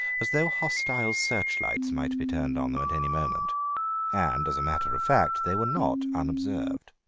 as though hostile search-lights might be turned on them at any moment and, as a matter of fact, they were not unobserved.